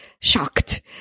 shocked